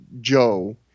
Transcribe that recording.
Joe